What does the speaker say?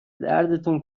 دردتون